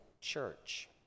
church